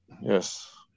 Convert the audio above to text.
Yes